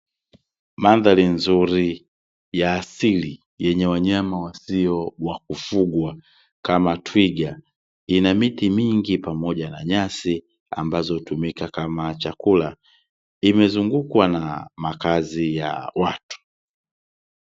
Mandhari nzuri ya asili yenye wanyama wasio wa kufugwa kama twiga, ina miti mingi pamoja na nyasi ambazo hutumika kama chakula, imezungukwa na makazi ya watu.